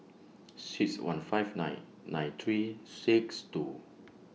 six one five nine nine three six two